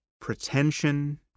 pretension